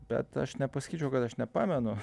bet aš nepasakyčiau kad aš nepamenu